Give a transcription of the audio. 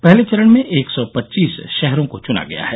पहले चरण में एक सौ पच्चीस शहरों को चुना गया है